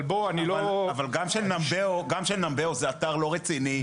אבל גם של נמבאו (Numbeo) זה אתר לא רציני.